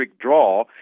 draw